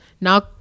now